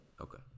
Okay